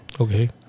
Okay